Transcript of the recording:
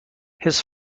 his